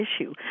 issue